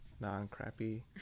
non-crappy